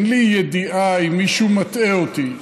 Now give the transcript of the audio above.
אין לי ידיעה אם מישהו מטעה אותי.